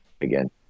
again